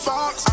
Fox